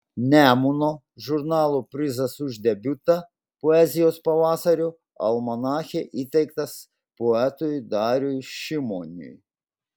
nemuno žurnalo prizas už debiutą poezijos pavasario almanache įteiktas poetui dariui šimoniui